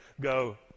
go